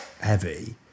heavy